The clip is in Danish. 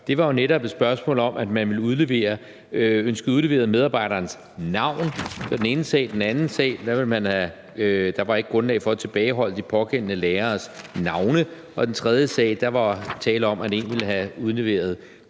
sag jo netop et spørgsmål om, at man ønskede medarbejderens navn udleveret, i den anden sag var der ikke grundlag for at tilbageholde de pågældende læreres navne, og i den tredje sag var der tale om, at man ikke ville have udleveret